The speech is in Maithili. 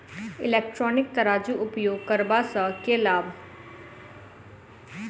इलेक्ट्रॉनिक तराजू उपयोग करबा सऽ केँ लाभ?